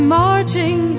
marching